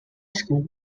school